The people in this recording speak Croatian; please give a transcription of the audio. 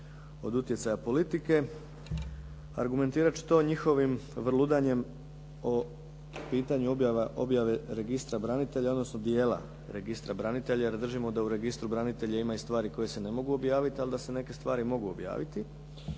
od utjecaja politike. Argumentirati ću to njihovim vrludanjem od pitanju objave registra branitelja, odnosno dijela registra branitelja jer držimo da u registru branitelja ima i stvari koje se ne mogu objaviti ali da se neke stvari mogu objaviti